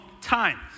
time